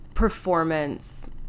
performance